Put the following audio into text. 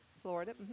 Florida